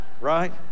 right